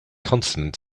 consonant